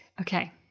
okay